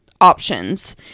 options